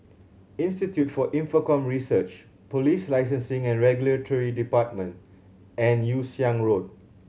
Institute for Infocomm Research Police Licensing and Regulatory Department and Yew Siang Road